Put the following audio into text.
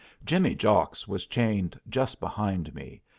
jimmy jocks was chained just behind me,